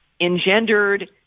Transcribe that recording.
engendered